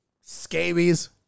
Scabies